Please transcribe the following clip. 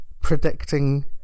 predicting